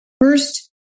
First